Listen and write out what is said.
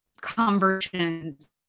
conversions